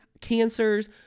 cancers